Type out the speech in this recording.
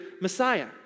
Messiah